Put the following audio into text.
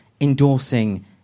endorsing